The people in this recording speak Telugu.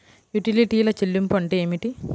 యుటిలిటీల చెల్లింపు అంటే ఏమిటి?